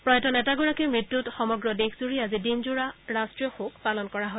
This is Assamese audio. প্ৰয়াত নেতাগৰাকীৰ মৃত্যুত সমগ্ৰ দেশজুৰি আজি দিনজোৰা ৰাষ্ট্ৰীয় শোক পালন কৰা হয়